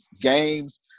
games